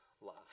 love